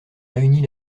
réunie